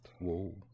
Whoa